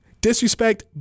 Disrespect